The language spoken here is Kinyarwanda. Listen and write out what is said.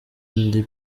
ndi